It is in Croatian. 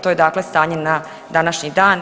To je dakle stanje na današnji dan.